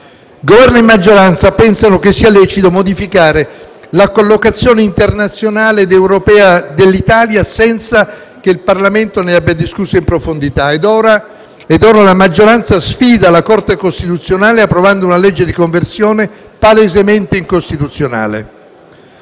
Governo e maggioranza pensano che sia lecito modificare la collocazione internazionale ed europea dell'Italia senza che il Parlamento ne abbia discusso in profondità. E ora la maggioranza sfida la Corte costituzionale approvando una legge di conversione palesemente incostituzionale.